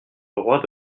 droit